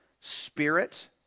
spirit